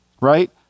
right